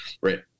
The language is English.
Right